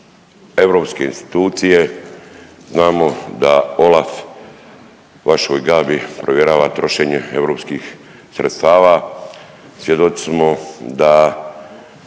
europske institucije, znamo da OLAF vašoj Gabi provjerava trošenje europskih sredstava, svjedoci smo da